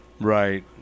Right